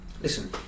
listen